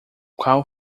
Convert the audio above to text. qual